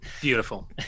Beautiful